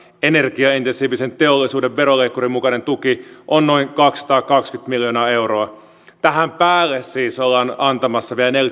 energiaintensiivisen teollisuuden veroleikkurin mukainen tuki on noin kaksisataakaksikymmentä miljoonaa euroa tähän päälle siis ollaan antamassa vielä